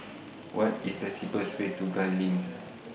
What IS The cheapest Way to Gul LINK